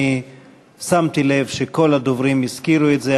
אני שמתי לב שכל הדוברים הזכירו את זה,